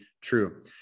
true